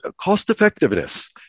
cost-effectiveness